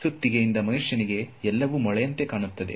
ಹಾಗಾಗಿ ಅವನಿಗೆ ಪ್ರತಿಯೊಂದು ಮೂಳೆ ಅಂತೆ ಕಾಣುತ್ತದೆ